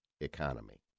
economy